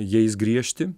jais griežti